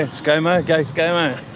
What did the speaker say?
and scomo. go scomo!